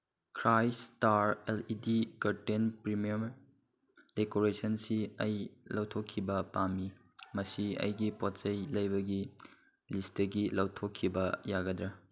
Christ star L E D curtain premium ꯗꯦꯀꯣꯔꯦꯁꯟꯁꯤ ꯑꯩ ꯂꯧꯊꯣꯛꯈꯤꯕ ꯄꯥꯝꯃꯤ ꯃꯁꯤ ꯑꯩꯒꯤ ꯄꯣꯠ ꯆꯩ ꯂꯩꯕꯒꯤ ꯂꯤꯁꯇꯒꯤ ꯂꯧꯊꯣꯛꯈꯤꯕ ꯌꯥꯒꯗ꯭ꯔꯥ